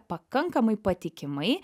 pakankamai patikimai